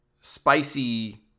spicy